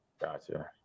gotcha